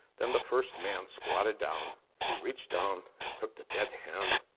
then the first man squatted down, and he reached down and took the dead hand